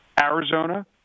Arizona